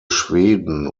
schweden